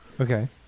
okay